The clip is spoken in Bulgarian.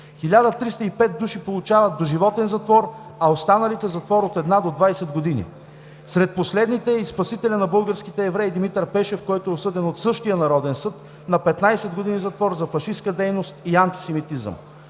1305 души получават доживотен затвор, а останалите – затвор от една до двадесет години. Сред последните е и спасителят на българските евреи Димитър Пешев, който е осъден от същия Народен съд на 15 години затвор за „фашистка дейност и антисемитизъм“.